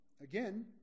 again